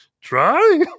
try